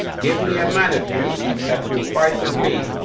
give me a man of you that will fight with me,